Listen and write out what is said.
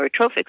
neurotrophic